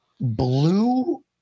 Blue